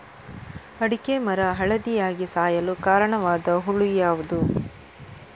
ಅಡಿಕೆ ಮರ ಹಳದಿಯಾಗಿ ಸಾಯಲು ಕಾರಣವಾದ ಹುಳು ಯಾವುದು?